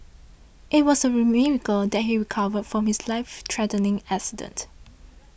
it was a miracle that he recovered from his life threatening accident